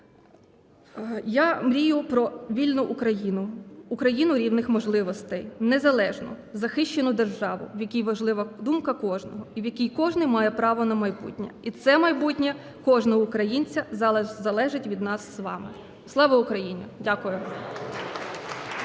Я мрію про вільну Україну, Україну рівних можливостей, незалежну захищену державу, в якій важлива думка кожного, і в якій кожен має право на майбутнє. І це майбутнє кожного українця залежить від нас з вами. Слава Україні! Дякую.